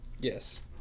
yes